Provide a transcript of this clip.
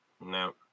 No